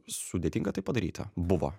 sudėtinga tai padaryta buvo